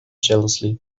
jealousy